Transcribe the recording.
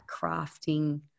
crafting